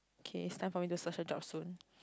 okay it's time for me to search a job soon